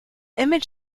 image